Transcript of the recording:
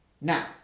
Now